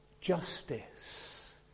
justice